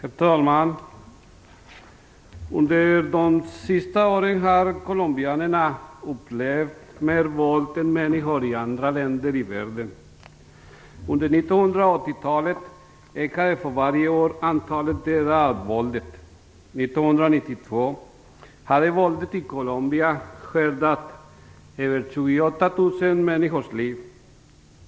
Herr talman! Under de senaste åren har colombianerna upplevt mer våld än människor i andra länder i världen. Under 1980-talet ökade för varje år antalet människor som dog av våldet. 1992 hade våldet i Colombia skördat över 28 000 människors liv.